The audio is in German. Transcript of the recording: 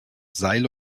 seile